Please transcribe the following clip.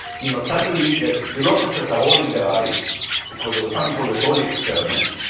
you know suddenly, that philosophers are rolling their eyes because there was something called the trolley experiments.